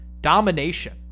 Domination